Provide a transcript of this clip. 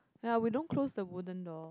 ya we don't close the wooden door